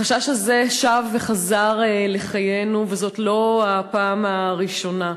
החשש הזה שב וחזר לחיינו, וזאת לא הפעם הראשונה.